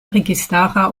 registara